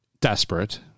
desperate